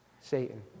Satan